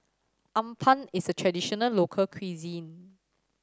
appam is a traditional local cuisine